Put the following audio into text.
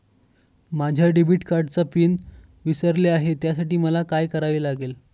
माझ्या डेबिट कार्डचा पिन विसरले आहे त्यासाठी मला काय करावे लागेल?